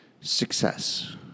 success